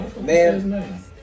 man